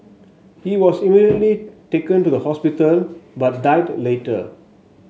he was immediately taken to the hospital but died later